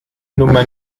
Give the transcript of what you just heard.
nummer